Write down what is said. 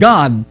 God